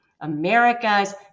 America's